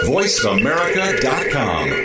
VoiceAmerica.com